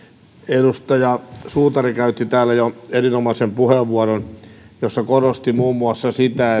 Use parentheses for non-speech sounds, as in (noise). edustaja suutari käytti täällä jo erinomaisen puheenvuoron jossa korosti ensinnäkin muun muassa sitä (unintelligible)